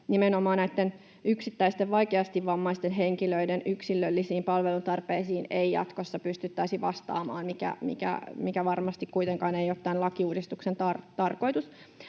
nimenomaan näitten yksittäisten vaikeasti vammaisten henkilöiden yksilöllisiin palvelutarpeisiin ei jatkossa pystyttäisi vastaamaan, mikä varmasti kuitenkaan ei ole tämän lakiuudistuksen tarkoitus.